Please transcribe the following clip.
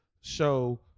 show